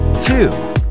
two